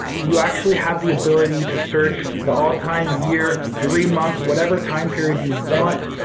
you actually have the ability to search the all-time year, three-month, whatever time period you want.